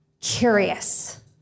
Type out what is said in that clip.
curious